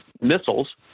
missiles